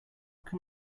can